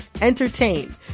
entertain